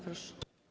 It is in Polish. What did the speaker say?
Proszę.